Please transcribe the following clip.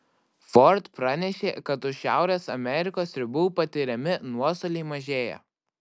ford pranešė kad už šiaurės amerikos ribų patiriami nuostoliai mažėja